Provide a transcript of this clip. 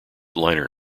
liner